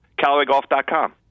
callawaygolf.com